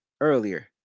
earlier